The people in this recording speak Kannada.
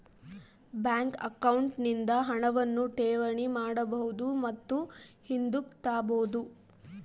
ಬ್ಯಾಂಕ್ ಅಕೌಂಟ್ ನಿಂದ ಹಣವನ್ನು ಠೇವಣಿ ಮಾಡಬಹುದು ಮತ್ತು ಹಿಂದುಕ್ ತಾಬೋದು